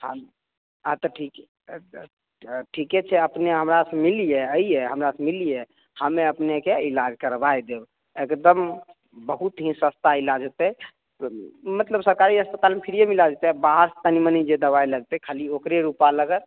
हूँ हँ तऽ ठीक ठीके छै अपने हमरा से मिलियै अइयै हमरा से मिलियै हमे अपनेके इलाज करबाए देब एकदम बहुत ही सस्ता इलाज होतै मतलब सरकारी अस्पतालमे फ़्रिएमे इलाज होतै आ बाहर से तनी मनि जे दवाइ लगतै खाली ओकरे रूपा लगत